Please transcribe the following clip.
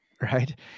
right